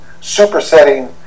supersetting